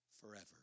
forever